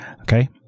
Okay